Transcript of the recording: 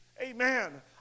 Amen